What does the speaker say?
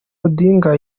odinga